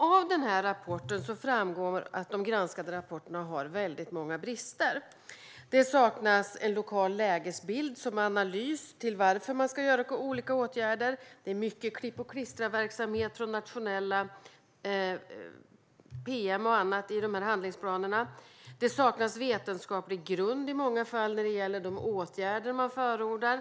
Av rapporten framgår att de granskade handlingsplanerna har många brister. Det saknas en lokal lägesbild för analys av varför man ska göra olika åtgärder. Det är mycket klipp-och-klistra-verksamhet från nationella pm och annat bakom handlingsplanerna. Det saknas i många fall vetenskaplig grund när det gäller de åtgärder man förordar.